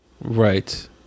Right